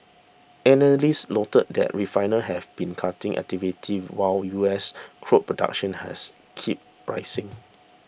analysts noted that refiners have been cutting activity while U S crude production has keep rising